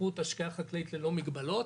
איכות השקיה חקלאית ללא מגבלות,